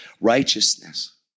Righteousness